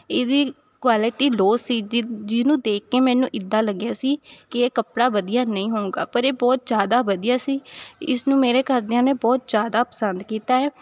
ਇਹਦੀ quality low ਸੀ ਜਿਹਨ ਜਿਹਨੂੰ ਦੇਖ ਕੇ ਮੈਨੂੰ ਇੱਦਾਂ ਲੱਗਿਆ ਸੀ ਕਿ ਇਹ ਕੱਪੜਾ ਵਧੀਆ ਨਹੀਂ ਹੋਊਗਾ ਪਰ ਇਹ ਬਹੁਤ ਜ਼ਿਆਦਾ ਵਧੀਆ ਸੀ ਇਸਨੂੰ ਮੇਰੇ ਘਰਦਿਆਂ ਨੇ ਬਹੁਤ ਜ਼ਿਆਦਾ ਪਸੰਦ ਕੀਤਾ ਹੈ